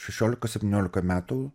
šešiolika septyniolika metų